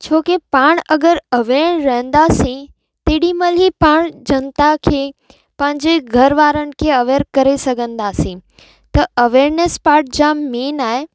छो कि पाणि अगरि अवेयर रहंदासीं तेॾहिं महिल ई पाणि जनता खे पंहिंजे घर वारनि खे अवेयर करे सघंदासीं त अवेयरनेस पाट जाम मेन आहे